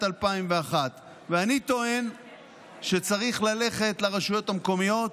2001. אני טוען שצריך ללכת לרשויות המקומיות